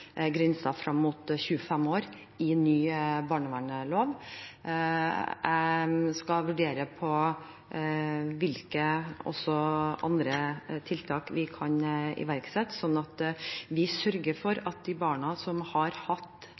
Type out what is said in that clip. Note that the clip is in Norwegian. mot 25 år i den nye barnevernsloven. Jeg skal vurdere hvilke andre tiltak vi kan iverksette, sånn at vi sørger for de barna som har hatt